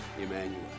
Emmanuel